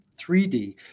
3D